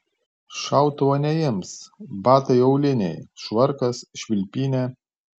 šautuvo neims batai auliniai švarkas švilpynė